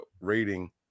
rating